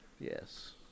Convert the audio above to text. Yes